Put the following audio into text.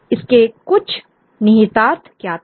इसके कुछ निहितार्थ क्या थे